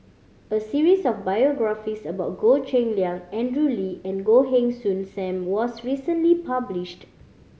a series of biographies about Goh Cheng Liang Andrew Lee and Goh Heng Soon Sam was recently published